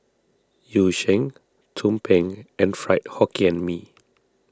Yu Sheng Tumpeng and Fried Hokkien Mee